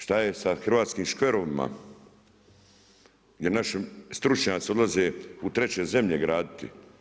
Što je sa hrvatskim škverovima, gdje naši stručnjaci odlaze u 3 zemlje graditi.